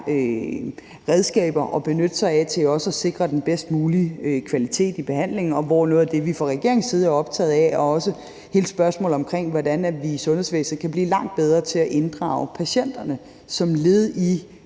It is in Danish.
redskaber at benytte sig af til at sikre den bedst mulige kvalitet i behandlingen. Noget af det, som vi fra regeringens side er optaget af, er også hele spørgsmålet om, hvordan man i sundhedsvæsenet kan blive langt bedre til at inddrage patienterne som led i